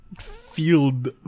field